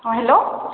ହଁ ହ୍ୟାଲୋ